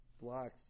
blocks